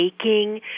aching